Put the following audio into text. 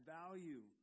value